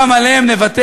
גם עליהם נוותר?